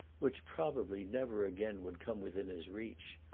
which probably never again would come within his reach,